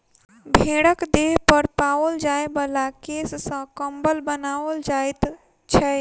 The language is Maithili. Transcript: भेंड़क देह पर पाओल जाय बला केश सॅ कम्बल बनाओल जाइत छै